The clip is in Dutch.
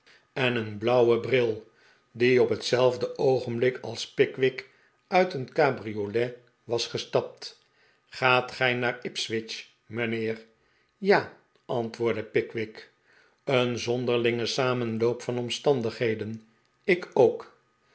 en een blauwen bril die op hetelfde oogenblik als pickwick uit een cabriolet was gestapt gaat gij naar ipswich mijnheer ja antwqordde pickwick een zondeflinge samenloop van omstandigheden ik ook